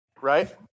Right